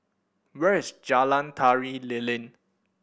where is Jalan Tari Lilin